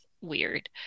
weird